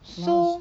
so